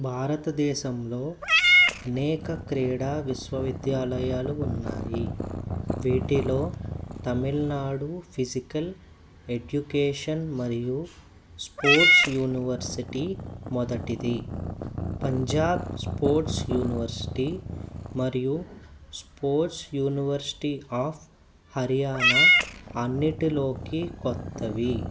భారతదేశంలో అనేక క్రీడా విశ్వవిద్యాలయాలు ఉన్నాయి వీటిలో తమిళనాడు ఫిజికల్ ఎడ్యుకేషన్ మరియు స్పోర్ట్స్ యూనివర్శిటీ మొదటిది పంజాబ్ స్పోర్ట్స్ యూనివర్శిటీ మరియు స్పోర్ట్స్ యూనివర్శిటీ ఆఫ్ హర్యానా అన్నిటిలోకి కొత్తవి